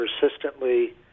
persistently